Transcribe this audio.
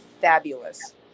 fabulous